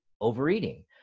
overeating